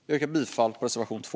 Jag yrkar bifall till reservation 2.